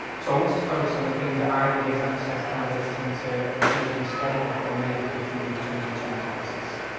so i wanted to focus on the things that either the examiner says that candidates tend to make a mistake on or maybe confuse between the two taxes.